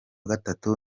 gatatu